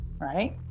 Right